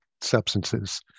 substances